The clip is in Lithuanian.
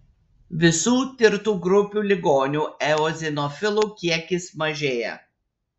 visų tirtų grupių ligonių eozinofilų kiekis mažėja